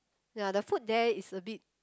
ya the food there is a bit